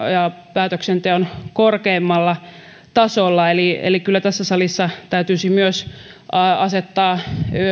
päätöksenteon korkeimmalla tasolla eli eli kyllä tässä salissa täytyisi myös asettaa